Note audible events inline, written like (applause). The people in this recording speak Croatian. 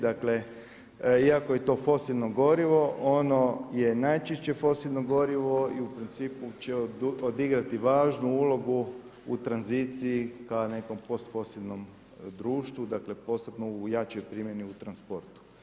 Dakle, iako je to fosilno gorivo ono je najčešće fosilno gorivo i u principu će odigrati važnu ulogu u tranziciji kao nekom post … (unintelligible) društvu, dakle posebno u jačoj primjeni u transportu.